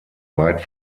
weit